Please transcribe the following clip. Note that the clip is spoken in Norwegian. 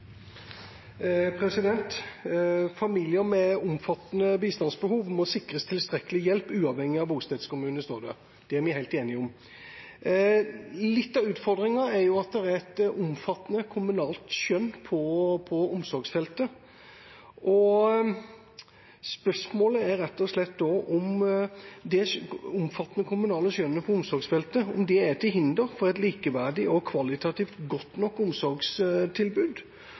vi helt enige om. Litt av utfordringen er at det er et omfattende kommunalt skjønn på omsorgsfeltet. Spørsmålet er rett og slett da om det omfattende kommunale skjønnet på omsorgsfeltet er til hinder for et likeverdig og kvalitativt godt nok omsorgstilbud,